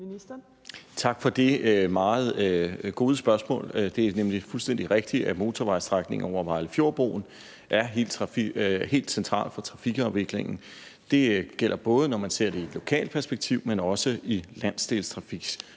Tak for det meget gode spørgsmål. Det er nemlig fuldstændig rigtigt, at motorvejsstrækningen over Vejlefjordbroen er helt central for trafikafviklingen. Det gælder både, når man ser det i et lokalt perspektiv, men også i landsdelstrafiksperspektiv